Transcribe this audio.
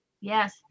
Yes